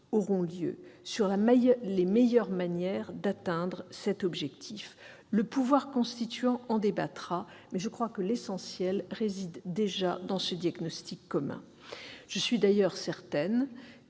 auront lieu sur les meilleures manières d'atteindre cet objectif. Le pouvoir constituant en débattra, mais l'essentiel, me semble-t-il, réside déjà dans ce diagnostic commun. Je suis d'ailleurs certaine